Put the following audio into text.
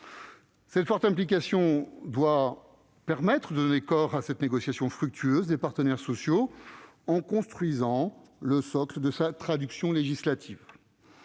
Cette forte implication doit permettre de donner corps à la négociation fructueuse des partenaires sociaux, en construisant le socle de sa traduction législative.